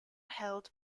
held